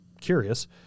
curious